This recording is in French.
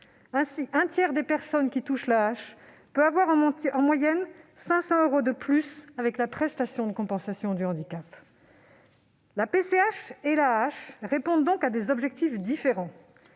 Ainsi, un tiers des personnes qui touchent l'AAH peuvent avoir, en moyenne, 500 euros de plus avec la prestation de compensation de handicap. La PCH et l'AAH répondent donc à des objectifs différents.